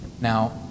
Now